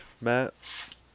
matt